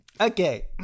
Okay